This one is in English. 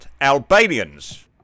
albanians